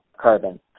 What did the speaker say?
carbon